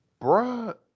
Bruh